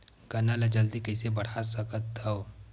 गन्ना ल जल्दी कइसे बढ़ा सकत हव?